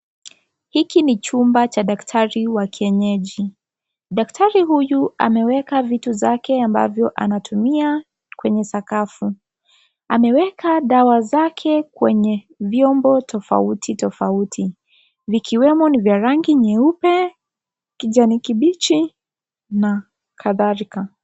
Hiki ni chumba cha daktari wa kienyeji. Daktari huyu ameweka vitu zake ambavyo anatumia kwenye sakafu. Ameweka dawa zake kwenye vyombo tofauti tofaiuti vikiwemo ni vya rangi nyeupe, kijani kibichi, na kadhalika.